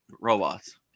robots